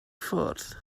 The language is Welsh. ffwrdd